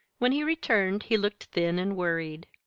when he returned he looked thin and worried.